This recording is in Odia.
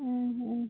ଉଁ ହୁଁ